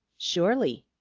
surely,